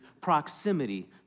proximity